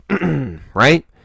right